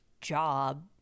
job